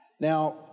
Now